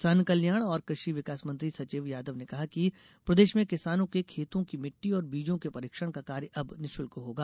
किसान कल्याण और कृषि विकास मंत्री सचिन यादव ने कहा कि प्रदेश में किसानों के खेतों की मिट्टी और बीजों के परीक्षण का कार्य अब निःशुल्क होगा